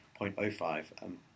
0.05